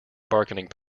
bargaining